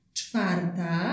czwarta